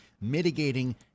Mitigating